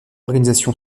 organisation